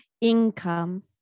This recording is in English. income